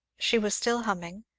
she was still humming,